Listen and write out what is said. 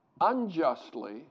unjustly